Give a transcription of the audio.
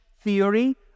theory